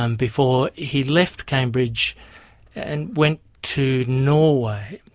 um before he left cambridge and went to norway.